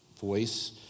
voice